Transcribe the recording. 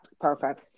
Perfect